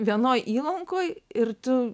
vienoj įlankoj ir tu